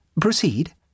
Proceed